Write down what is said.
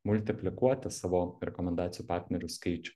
multiplikuoti savo rekomendacijų partnerių skaičių